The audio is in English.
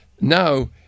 Now